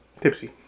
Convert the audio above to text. Tipsy